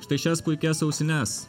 štai šias puikias ausines